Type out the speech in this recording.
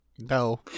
No